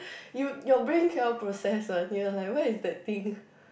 you your brain cannot process uh you were like where is that thing